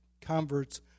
converts